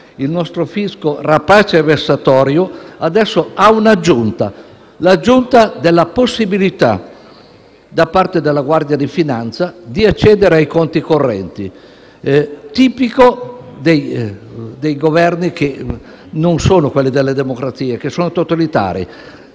il nostro fisco «rapace e vessatorio» adesso si aggiunge la possibilità, da parte della Guardia di finanza, di accedere ai conti correnti, che è tipico di governi che non sono quelli delle democrazie, ma dei totalitarismi.